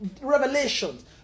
revelations